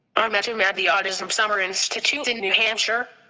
i met him at the autism summer institute in new hampshire.